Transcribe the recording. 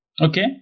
Okay